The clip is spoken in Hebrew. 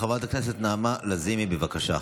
חברת הכנסת נעמה לזימי, בבקשה.